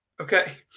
Okay